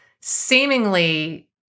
seemingly